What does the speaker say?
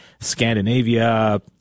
Scandinavia